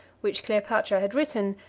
which cleopatra had written,